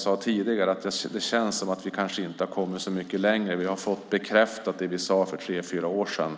sade tidigare känns det som att vi inte har kommit så mycket längre. Vi har fått bekräftat det som vi sade för tre fyra år sedan.